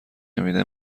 نمیده